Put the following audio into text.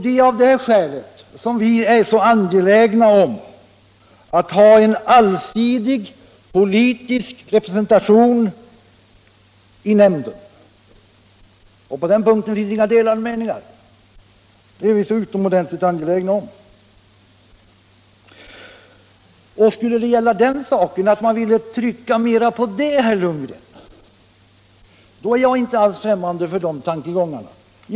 Det är av det skälet som vi är så angelägna om att ha en allsidig politisk representation i nämnden. På den punkten finns inga delade meningar. Om det skulle gälla att lägga större vikt vid detta, herr Lundgren, vill jag säga att jag inte alls är främmande för de tankegångarna.